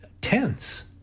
tense